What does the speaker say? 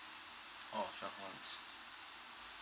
orh twele months